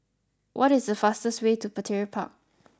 what is the fastest way to Petir Park